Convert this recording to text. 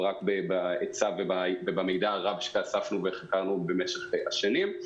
רק בעצה ובמידע הרב שאספנו וחקרנו במשך השנים.